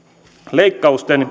leikkausten